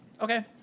Okay